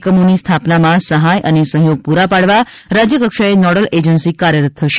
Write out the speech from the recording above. એકમોની સ્થાપનામાં સહાય અને સહયોગ પૂરા પાડવા રાજ્ય કક્ષાએ નોડલ એજન્સી કાર્યરત થશે